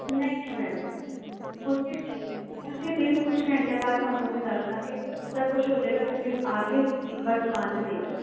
ਨਹੀਂ ਨਹੀਂ ਮੈਡਮ ਉਸੀ ਦਿਨ ਉਸੀ ਦਿਨ ਕੁਝ ਘੰਟਿਆਂ ਬਾਅਦ ਤੁਹਾਨੂੰ ਅਸੀਂ ਦੱਸ ਦਾਂਗੇ ਸਭ ਕੁਝ ਹੋ ਜਾਏਗਾ ਤੁਸੀਂ ਆ ਕੇ ਇੱਕ ਵਾਰ ਦੁਕਾਨ ਤੇ ਦੇਖ ਜਾਓ